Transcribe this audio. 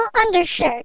undershirt